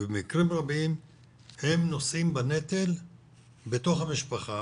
במקרים רבים הם נושאים בנטל בתוך המשפחה,